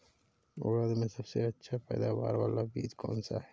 उड़द में सबसे अच्छा पैदावार वाला बीज कौन सा है?